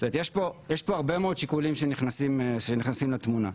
יש הרבה שיקולים שנכנסים לתמונה.